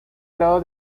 grado